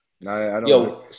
Yo